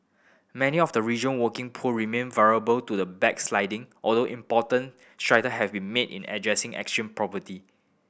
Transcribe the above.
many of the region working poor remain vulnerable to the backsliding although important strider have been made in addressing extreme poverty